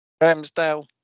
Ramsdale